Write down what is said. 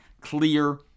clear